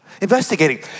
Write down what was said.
investigating